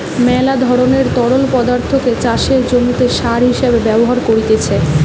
মেলা ধরণের তরল পদার্থকে চাষের জমিতে সার হিসেবে ব্যবহার করতিছে